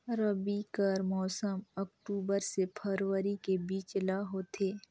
रबी कर मौसम अक्टूबर से फरवरी के बीच ल होथे